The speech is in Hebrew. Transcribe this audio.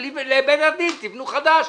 ולבית הדין תבנו חדש,